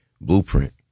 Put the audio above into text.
blueprint